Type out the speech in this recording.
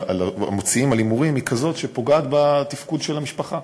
הימורים הוא כזה שפוגע בתפקוד של המשפחה.